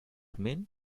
mean